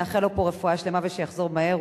נאחל לו פה רפואה שלמה ושיחזור מהר,